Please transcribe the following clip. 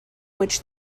which